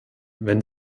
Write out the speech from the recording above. wenn